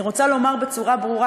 אני רוצה לומר בצורה ברורה,